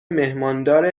میهماندار